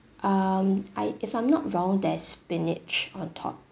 um I if I'm not wrong there's spinach on top